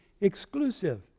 exclusive